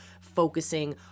focusing